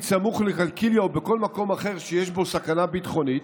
סמוך לקלקיליה או בכל מקום אחר שיש בו סכנה ביטחונית,